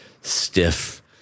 stiff